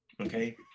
Okay